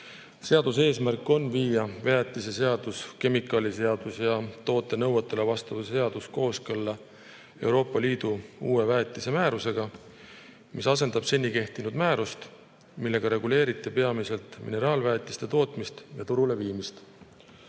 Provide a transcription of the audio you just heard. Seaduse eesmärk on viia väetiseseadus, kemikaaliseadus ja toote nõuetele vastavuse seadus kooskõlla Euroopa Liidu uue väetise[toodete] määrusega, mis asendab seni kehtinud määrust, millega reguleeriti peamiselt mineraalväetiste tootmist ja turuleviimist.